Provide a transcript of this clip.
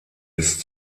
ist